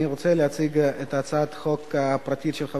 אני רוצה להציג את הצעת חוק הפרטית של חבר